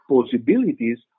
possibilities